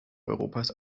europas